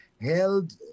held